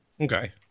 Okay